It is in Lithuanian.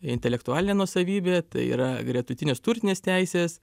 intelektualinė nuosavybė tai yra gretutinės turtinės teisės